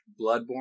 Bloodborne